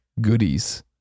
goodies